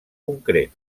concret